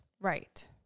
Right